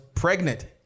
Pregnant